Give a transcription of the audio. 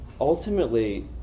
ultimately